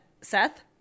Seth